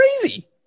crazy